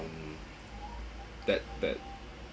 that that